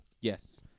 yes